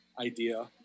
idea